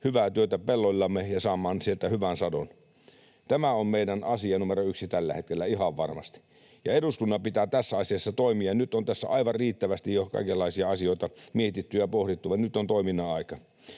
hyvää työtä pelloillamme ja saamaan sieltä hyvän sadon. Tämä on meidän asia numero yksi tällä hetkellä ihan varmasti, ja eduskunnan pitää tässä asiassa toimia. Nyt on tässä aivan riittävästi jo kaikenlaisia asioita mietitty ja pohdittu. Nyt on toiminnan aika.